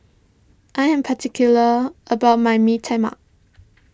I am particular about my Bee Tai Mak